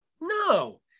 No